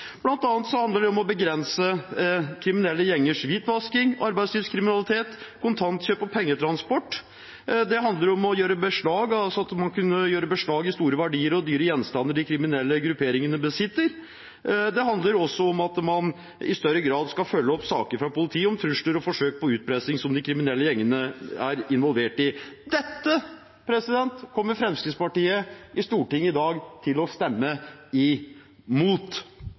handler det om å begrense kriminelle gjengers hvitvasking, arbeidslivskriminalitet, kontantkjøp og pengetransport, det handler om å kunne gjøre beslag i store verdier og dyre gjenstander de kriminelle grupperingene besitter, og det handler om at politiet i større grad skal følge opp saker om trusler og forsøk på utpressing som de kriminelle gjengene er involvert i. Dette kommer Fremskrittspartiet i Stortinget i dag til å stemme